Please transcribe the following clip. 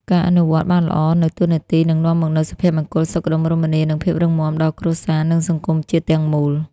ការអនុវត្តន៍បានល្អនូវតួនាទី នឹងនាំមកនូវសុភមង្គល សុខដុមរមនា និងភាពរឹងមាំដល់គ្រួសារ និងសង្គមជាតិទាំងមូល។